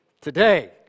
today